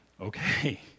okay